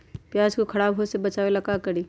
प्याज को खराब होय से बचाव ला का करी?